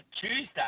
Tuesday